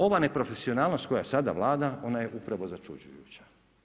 Ova neprofesionalnost koja sada vlada ona je upravo začuđujuća.